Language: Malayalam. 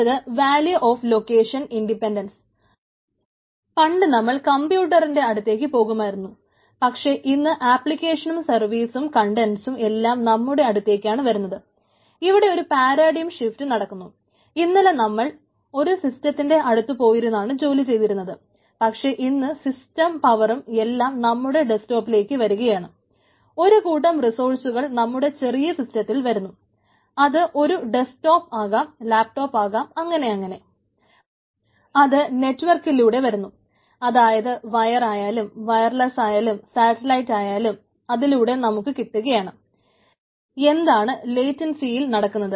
അടുത്തത് വാല്യൂ ഓഫ് ലൊക്കേഷൻ ഇൻഡിപെൻഡൻസ് നടക്കുന്നത്